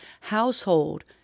household